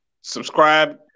subscribe